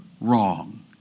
wrong